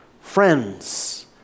friends